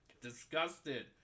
Disgusted